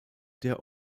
der